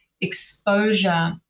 exposure